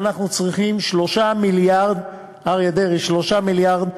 ואנחנו צריכים 3 מיליארד, אריה דרעי, 3 מיליארד,